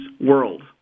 world